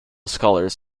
scholars